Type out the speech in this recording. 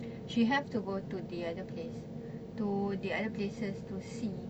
she have to go to the other place to the other places to see